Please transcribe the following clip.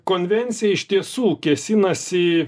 konvencija iš tiesų kėsinasi